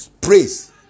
Praise